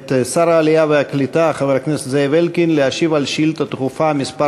את שר העלייה והקליטה חבר הכנסת זאב אלקין להשיב על שאילתה דחופה מס'